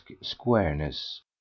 squareness